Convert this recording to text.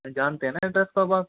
जानते हैं ना एड्रेस तो अब आप